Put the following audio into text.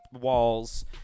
walls